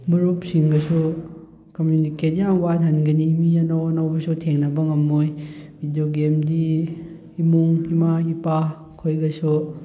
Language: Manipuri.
ꯃꯔꯨꯞꯁꯤꯡꯒꯁꯨ ꯀꯃ꯭ꯌꯨꯅꯤꯀꯦꯠ ꯌꯥꯝ ꯋꯥꯠꯍꯟꯒꯅꯤ ꯃꯤ ꯑꯅꯧ ꯑꯅꯧꯕꯁꯨ ꯊꯦꯡꯅꯕ ꯉꯝꯃꯣꯏ ꯚꯤꯗꯤꯑꯣ ꯒꯦꯝꯗꯤ ꯏꯃꯨꯡ ꯏꯃꯥ ꯏꯄꯥ ꯑꯩꯈꯣꯏꯒꯁꯨ